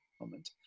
moment